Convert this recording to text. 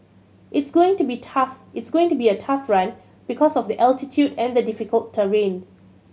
it's going to be tough it's going to be a tough run because of the altitude and the difficult terrain